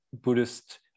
buddhist